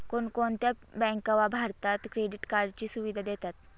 कोणकोणत्या बँका भारतात क्रेडिट कार्डची सुविधा देतात?